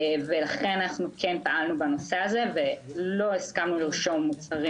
לכן אנחנו כן פעלנו בנושא הזה ולא הסכמנו לרשום מוצרים